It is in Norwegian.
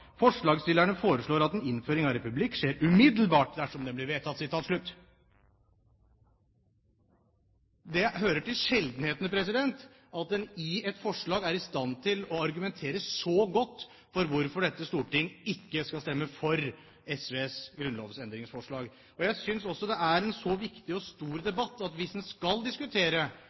foreslår at en innføring av republikk skjer umiddelbart dersom den blir vedtatt.» Det hører til sjeldenhetene at en i et forslag er i stand til å argumentere så godt for hvorfor dette storting ikke skal stemme for SVs grunnlovsendringsforslag. Jeg synes dette er en så viktig og stor debatt at hvis en skal diskutere